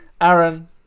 Aaron